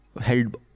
held